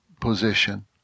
position